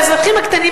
באזרחים הקטנים,